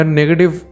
negative